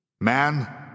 Man